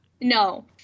No